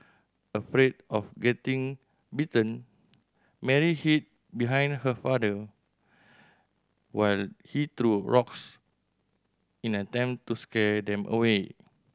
afraid of getting bitten Mary hid behind her father while he threw rocks in an attempt to scare them away